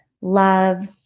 love